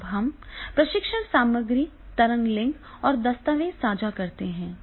अब हम प्रशिक्षण सामग्री तरंग लिंक और दस्तावेज़ साझा करते हैं